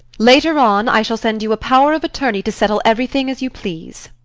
later on i shall send you a power of attorney to settle everything as you please.